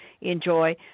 enjoy